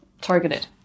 targeted